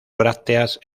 brácteas